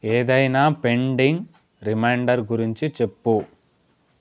ఏదైనా pending reminder గురించి చెప్పు